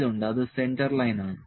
L ഉണ്ട് അത് centre ലൈനാണ്